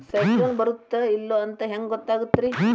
ಸೈಕ್ಲೋನ ಬರುತ್ತ ಇಲ್ಲೋ ಅಂತ ಹೆಂಗ್ ಗೊತ್ತಾಗುತ್ತ ರೇ?